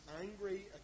angry